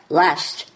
last